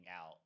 out